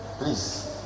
please